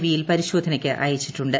വിയിൽ പരിശോധനയ്ക്ക് അയച്ചിട്ടുണ്ട്